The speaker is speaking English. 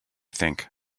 think